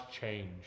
change